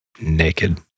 Naked